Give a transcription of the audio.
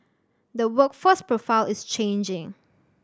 the workforce profile is changing